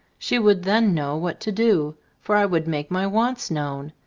she would then know what to do, for i would make my wants known,